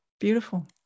Beautiful